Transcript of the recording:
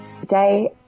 today